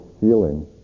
feeling